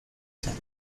sang